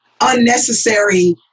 unnecessary